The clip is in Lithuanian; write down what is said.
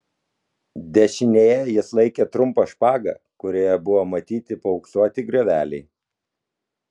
dešinėje jis laikė trumpą špagą kurioje buvo matyti paauksuoti grioveliai